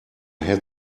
had